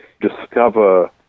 discover